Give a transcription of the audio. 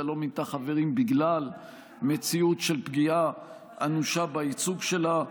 לא מינתה חברים בגלל מציאות של פגיעה אנושה בייצוג שלה,